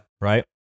Right